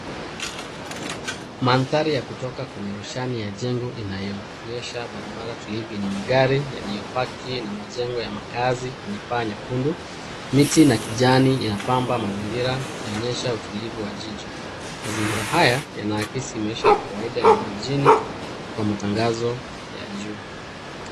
Mandhari ya kutoka kwenye roshani ya jengo inayoonyesha barabara tulivu yenye magari yaliyopaki na majengo ya makaazi yenye paa nyekundu, miti na kijani inapamba mazingira ikionyesha utulivu wa jiji. Mazingira haya yanaakisi maisha ya kawaida ya mjini kwa matangazo ya juu.